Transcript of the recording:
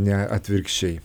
ne atvirkščiai